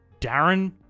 Darren